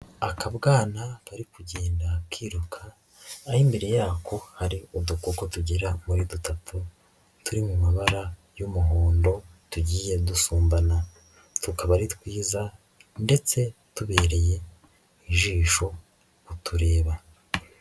Akabwana kari kugenda kiruka aho imbere yako hari udukoko tugera muri dutatu turi mu mabara y'umuhondo tugiye dusumbana, tukaba ari twiza ndetse tubereye ijisho kutureba.